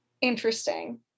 interesting